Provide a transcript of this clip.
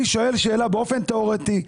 אני שואל שאלה באופן תיאורטי,